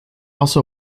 also